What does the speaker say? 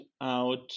out